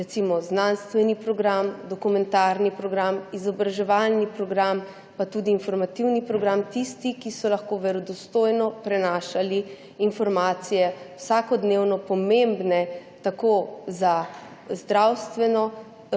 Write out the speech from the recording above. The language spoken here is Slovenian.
recimo znanstveni program, dokumentarni program, izobraževalni program, pa tudi informativni program, tisti, ki so lahko verodostojno prenašali informacije, vsakodnevno pomembne o zdravstvenem